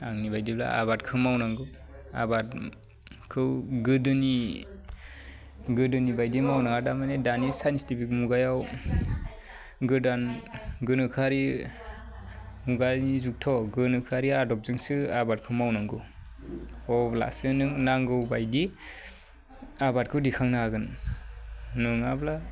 आंनि बायदिब्ला आबादखौ मावनांगौ आबादखौ गोदोनि गोदोनि बायदि मावनाङा दा माने साइनटिफिक मुगायाव गोदान गोनोखोयारि मुगानि जुगथ' गोनोखोयारि आदबजोंसो आबादखौ मावनांगौ अब्लासो नों नांगौ बायदि आबादखौ दिखांनो हागोन नोङाब्ला